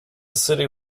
city